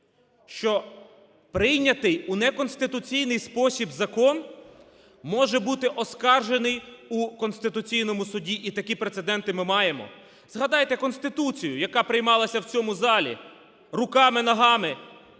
що прийнятий у неконституційний спосіб закон може бути оскаржений у Конституційному Суді, і такі прецеденти ми маємо. Згадайте Конституцію, яка приймалася в цьому залі руками-ногами,